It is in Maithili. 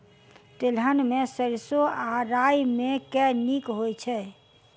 तेलहन मे सैरसो आ राई मे केँ नीक होइ छै?